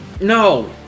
No